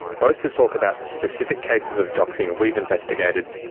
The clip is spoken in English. both to talk about the specific cases of doxing we've investigated,